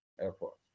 airport